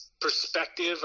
perspective